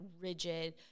rigid